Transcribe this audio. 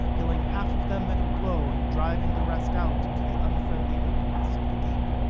killing half of them at a blow and driving the rest out into the unfriendly openness of the deep.